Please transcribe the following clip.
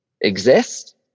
exist